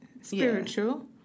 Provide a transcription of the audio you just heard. Spiritual